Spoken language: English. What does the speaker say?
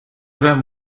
don’t